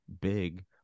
big